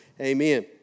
Amen